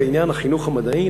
בעניין החינוך המדעי,